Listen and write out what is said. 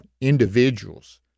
individuals